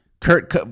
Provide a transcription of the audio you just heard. Kurt